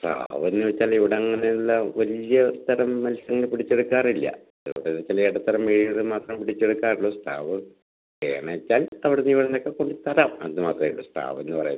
സ്രാവെന്ന് ചോദിച്ചാൽ ഇവിടെ അങ്ങനെയുള്ള വലിയ തരം മത്സ്യങ്ങൾ പിടിച്ച് എടുക്കാറില്ല ഇവിടെയെന്ന് വച്ചാൽ എടത്തരം മീനുകൾ മാത്രം പിടിച്ച് എടുക്കാറുള്ളൂ സ്രാവ് വേണമെന്നുവെച്ചാൽ അവിടുന്ന് ഇവിടുന്ന് ഒക്കെ കൊണ്ട് തരാം അത് മാത്രമേ ഉള്ളൂ സ്രാവെന്ന് പറയാൻ